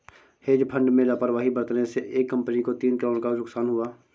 hedge fund में लापरवाही बरतने से एक कंपनी को तीन करोड़ का नुकसान हुआ